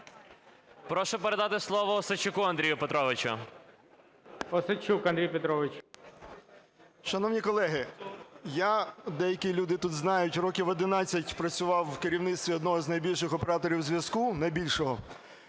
Прошу передати слово Осадчуку Андрію Петровичу.